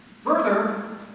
Further